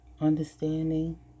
understanding